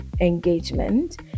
engagement